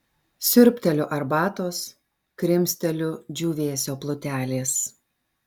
siurbteliu arbatos krimsteliu džiūvėsio plutelės